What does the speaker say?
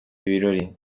birori